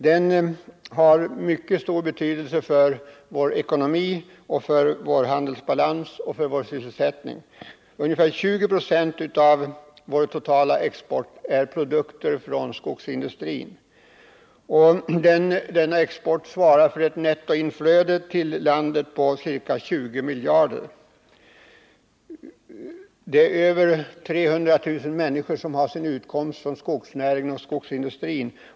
Den har mycket stor betydelse för vår ekonomi, vår handelsbalans och vår sysselsättning. Ungefär 20 96 av vår totala export är produkter från skogsindustrin. Denna export svarar för ett nettoinflöde till landet på ca 20 miljarder. Över 300 000 människor har sin utkomst från skogsnäringen och skogsindustrin.